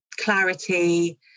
clarity